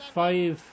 five